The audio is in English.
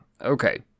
okay